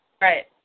Right